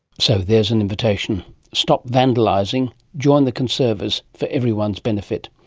so there's an invitation. stop vandalising, join the conservers, for everyone's benefit.